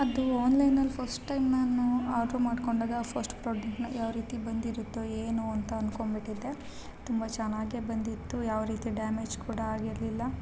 ಅದು ಆನ್ಲೈನಲ್ಲಿ first time ನಾನು ಆರ್ಡರ್ ಮಾಡ್ಕೊಂಡಾಗ ಫಸ್ಟ್ ಪ್ರಾಡಕ್ಟ್ನ ಯಾವ್ ರೀತಿ ಬಂದಿರುತ್ತೋ ಏನೋ ಅಂತ ಅನ್ಕೊಂಬಿಟ್ಟಿದ್ದೆ ತುಂಬ ಚೆನ್ನಾಗೇ ಬಂದಿತ್ತು ಯಾವ ರೀತಿ ಡ್ಯಾಮೇಜ್ ಕೂಡ ಆಗಿರಲಿಲ್ಲ